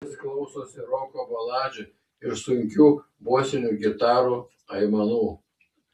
štai kodėl jis klausosi roko baladžių ir sunkių bosinių gitarų aimanų